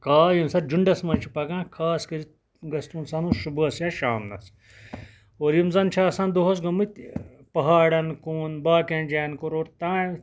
کاو ییٚمہِ ساتہٕ جُنڈَس منٛز چھِ پَکان خاص کٔرِتھ گژھِ تِمن سَنُن صبُحس یا شامنَس اور یِم زَن چھِ آسان دۄہَس گٔمٕتۍ پہاڑَن کُن باقین جاین کُن روٚٹ تانۍ